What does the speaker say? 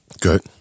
Good